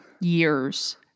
years